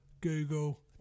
Google